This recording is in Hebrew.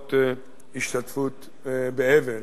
מודעות השתתפות באבל.